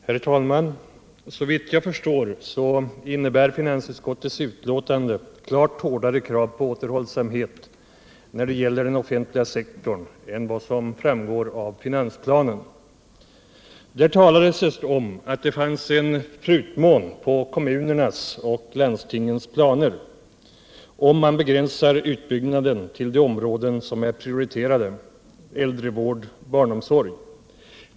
Herr talman! Såvitt jag förstår innebär finansutskottets betänkande klart hårdare krav på återhållsamhet när det gäller den offentliga sektorn än vad som framgår av finansplanen. Där talades det om att det finns en prutmån på kommunernas och landstingens planer, om man begränsar utbyggnaden till de områden som är prioriterade: äldrevård och barnomsorg.